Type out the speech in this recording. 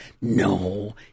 No